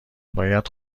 باید